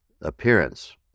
appearance